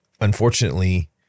unfortunately